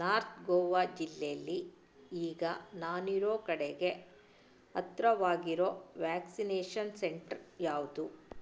north Goa ಜಿಲ್ಲೇಲಿ ಈಗ ನಾನಿರೊ ಕಡೆಗೆ ಹತ್ರವಾಗಿರೋ ವ್ಯಾಕ್ಸಿನೇಷನ್ ಸೆಂಟರ್ ಯಾವುದು